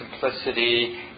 simplicity